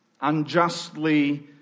Unjustly